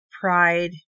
pride